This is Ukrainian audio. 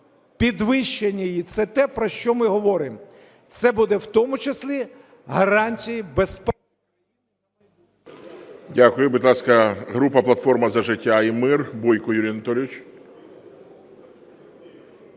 підвищення її – це те, про що ми говоримо. Це буде в тому числі гарантією…